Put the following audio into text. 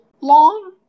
long